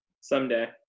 Someday